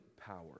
power